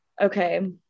Okay